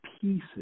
pieces